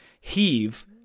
heave